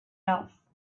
else